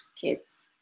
kids